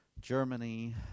Germany